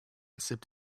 sipped